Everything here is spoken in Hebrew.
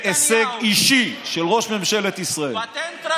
והישג אישי של ראש ממשלת ישראל, פטנט רשום.